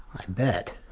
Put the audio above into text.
i bet.